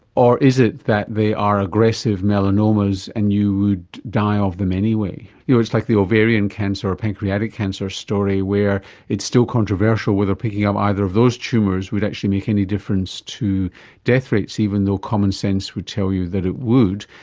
or is it that they are aggressive melanomas and you would die of them anyway? you know, it's like the ovarian cancer or pancreatic cancer story where it's still controversial whether picking up um either of those tumours would actually make any difference to death rates, even though common sense would tell you that it would.